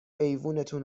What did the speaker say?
ایوونتون